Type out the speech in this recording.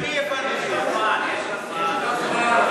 אדוני, אני מצטער, אני לא שומע את עצמי.